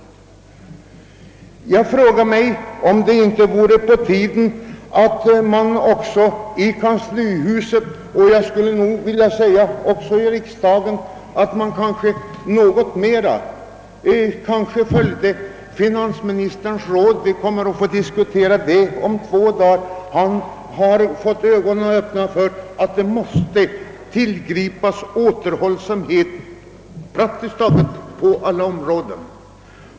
Jag frågar mig om det inte vore på tiden att man i kanslihuset och — skulle jag nog vilja säga — även i riksdagen något mer följde det finansministerns råd, som vi skall diskutera om ett par dagar. Finansministern har fått upp ögonen för att vi måste vara återhållsamma på praktiskt taget alla områden.